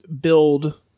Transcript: build